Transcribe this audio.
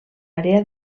àrea